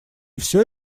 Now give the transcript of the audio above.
всё